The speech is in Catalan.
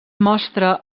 mostra